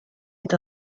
est